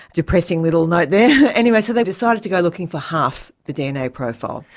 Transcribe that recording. depressing little note there. anyway, so they decided to go looking for half the dna profile.